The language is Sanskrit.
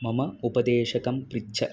मम उपदेशकं पृच्छ